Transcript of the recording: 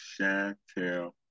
Chantel